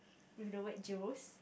with the word juice